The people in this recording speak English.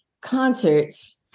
concerts